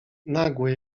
nagłe